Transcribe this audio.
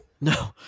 no